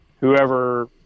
whoever